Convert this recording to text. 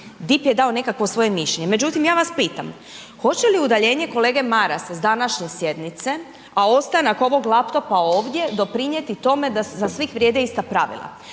DIP je dao nekakvo svoje mišljenje, međutim, ja vas pitam, hoće li udaljenje kolege Marasa s današnje sjednice, a ostanak ovog laptopa ovdje doprinijeti da za svih vrijede ista pravila?